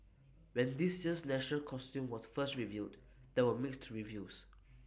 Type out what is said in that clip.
when this year's national costume was first revealed there were mixed reviews